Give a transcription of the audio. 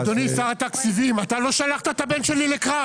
אדוני שר התקציבים, אתה לא שלחת את הבן שלי לקרב.